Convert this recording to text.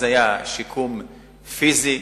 אז היה שיקום פיזי,